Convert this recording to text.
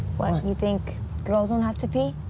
what? you think girls don't have to pee?